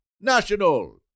national